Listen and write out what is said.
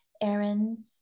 Aaron